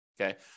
Okay